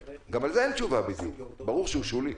גם על זה אין בדיוק תשובה, ברור שהוא שולי.